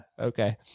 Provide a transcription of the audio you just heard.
Okay